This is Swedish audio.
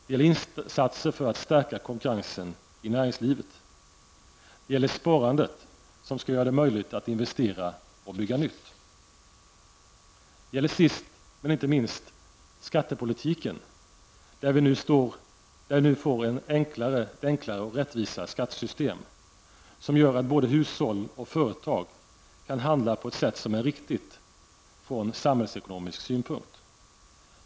Det gäller insatser för att stärka konkurrensen inom näringslivet. Det gäller sparandet, som skall göra det möjligt att investera och bygga nytt. Det gäller sist men inte minst skattepolitiken, där vi nu får ett enklare och rättvisare skattesystem, som gör att både hushåll och företag kan handla på ett sätt som är riktigt från samhällsekonomisk synpunkt.